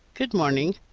good-morning.